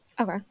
Okay